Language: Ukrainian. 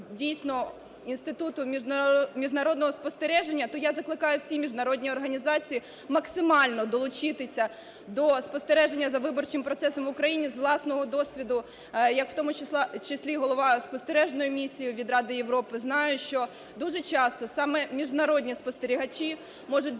дійсно інституту міжнародного спостереження, то я закликаю всі міжнародні організації максимально долучитися до спостереження за виборчим процесом в Україні. З власного досвіду, як в тому числі голова спостережної місії від Ради Європи, знаю, що дуже часто саме міжнародні спостерігачі можуть